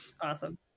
Awesome